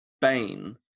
Bane